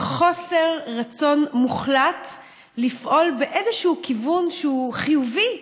חוסר רצון מוחלט לפעול באיזשהו כיוון חיובי,